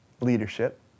Leadership